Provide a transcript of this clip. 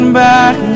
back